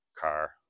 car